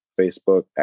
Facebook